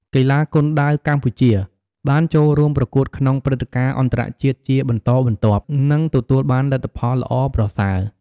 កីឡាគុនដាវកម្ពុជា បានចូលរួមប្រកួតក្នុងព្រឹត្តិការណ៍អន្តរជាតិជាបន្តបន្ទាប់ និងទទួលបានលទ្ធផលល្អប្រសើរ។